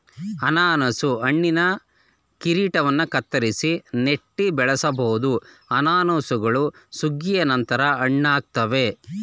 ಅನನಾಸು ಹಣ್ಣಿನ ಕಿರೀಟವನ್ನು ಕತ್ತರಿಸಿ ನೆಟ್ಟು ಬೆಳೆಸ್ಬೋದು ಅನಾನಸುಗಳು ಸುಗ್ಗಿಯ ನಂತರ ಹಣ್ಣಾಗ್ತವೆ